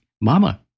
mama